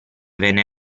venne